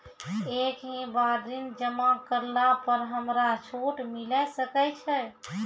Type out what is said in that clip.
एक ही बार ऋण जमा करला पर हमरा छूट मिले सकय छै?